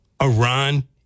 Iran